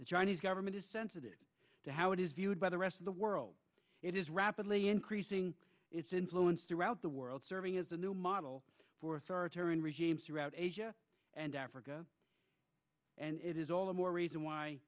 the chinese government is sensitive to how it is viewed by the rest of the world it is rapidly increasing its influence throughout the world serving as a new model for authoritarian regimes throughout asia and africa and it is all the more reason why